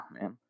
man